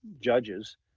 judges